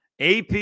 AP